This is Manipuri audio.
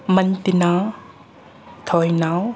ꯃꯟꯇꯤꯅꯥ ꯊꯣꯏꯅꯥꯎ